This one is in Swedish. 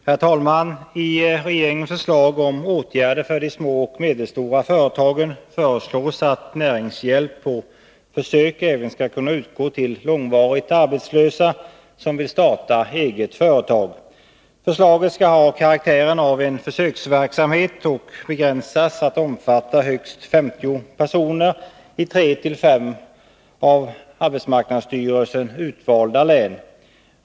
Herr talman! I regeringens förslag om åtgärder för de små och medelstora företagen föreslås att näringshjälp på försök även skall kunna utgå till långvarigt arbetslösa som vill starta eget företag. Förslaget skall ha karaktären av en försöksverksamhet och begränsas till att omfatta högst 50 personer i tre-fem av AMS utvalda län.